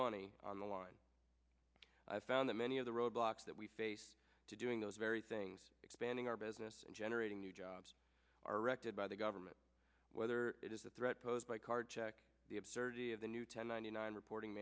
money on the line i've found that many of the roadblocks that we face to doing those very things expanding our business and generating new jobs our record by the government whether it is the threat posed by card check the absurdity of the new ten ninety nine reporting